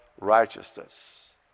righteousness